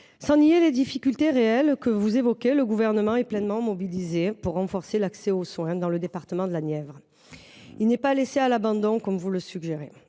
sans nier les difficultés réelles que vous évoquez, le Gouvernement est pleinement mobilisé pour renforcer l’accès aux soins dans la Nièvre. Ce département n’est pas laissé à l’abandon, comme vous le suggérez